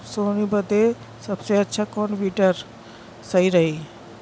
सोहनी बदे सबसे अच्छा कौन वीडर सही रही?